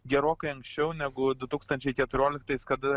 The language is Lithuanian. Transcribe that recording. gerokai anksčiau negu du tūkstančiai keturioliktais kada